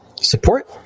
support